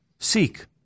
Seek